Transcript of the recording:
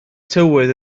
tywydd